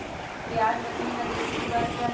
प्याज रखने का देसी जुगाड़ क्या है?